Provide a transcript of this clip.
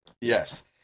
Yes